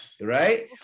Right